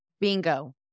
Bingo